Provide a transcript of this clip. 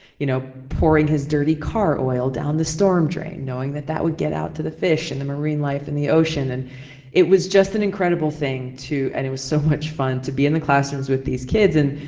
you know, pouring his dirty car oil down the storm drain, knowing that that would get out to the fish and the marine life and the ocean. and it was just an incredible thing to and it was so much fun to be in the classrooms with these kids and,